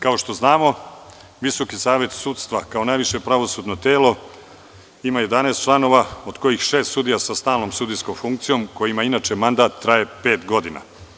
Kao što znamo, VSS kao najviše pravosudno telo ima 11 članova, od kojih je šest sudija sa stalnom sudijskom funkcijom, kojima inače mandat traje pet godina.